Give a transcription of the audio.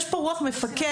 יש פה רוח מפקד,